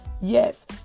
Yes